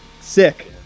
sick